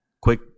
quick